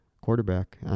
quarterback